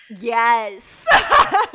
Yes